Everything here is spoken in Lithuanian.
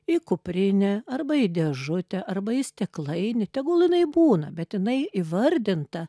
į kuprinę arba į dėžutę arba į stiklainį tegul jinai būna bet jinai įvardinta